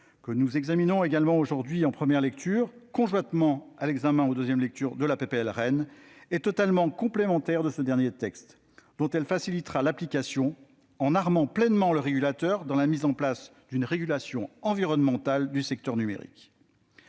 qui nous est soumise aujourd'hui. Examinée en première lecture, conjointement à l'examen en deuxième lecture de la proposition de loi REEN, elle est totalement complémentaire de ce dernier texte, dont elle facilitera l'application, en armant pleinement le régulateur dans la mise en place d'une régulation environnementale du secteur numérique.